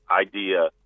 idea